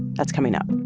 that's coming up